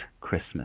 Christmas